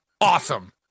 Awesome